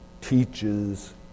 teaches